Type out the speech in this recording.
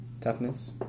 Toughness